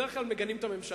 בדרך כלל מגנים את הממשלה,